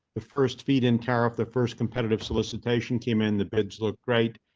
the first feed in tariff. the first competitive solicitation came in the bids looked great.